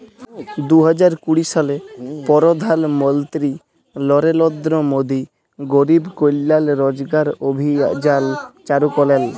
দু হাজার কুড়ি সালে পরধাল মলত্রি লরেলদ্র মোদি গরিব কল্যাল রজগার অভিযাল চালু ক্যরেল